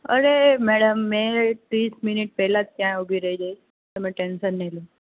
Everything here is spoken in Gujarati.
અરે મેડમ મેં ત્રીસ મિનિટ પહેલાં જ ત્યાં ઊભી રહી જઇશ તમે ટેન્સન નહીં લો